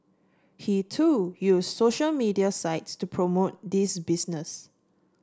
he too used social media sites to promote this business